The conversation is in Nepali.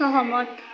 सहमत